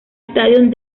stadium